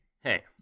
hey